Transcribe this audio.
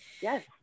Yes